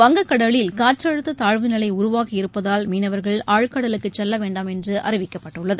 வங்கக் கடலில் காற்றழுத்த தாழ்வு நிலை உருவாகி இருப்பதால் மீனவர்கள் ஆழ்கடலுக்கு செல்ல வேண்டாம் என்று அறிவிக்கப்பட்டுள்ளது